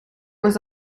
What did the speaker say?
was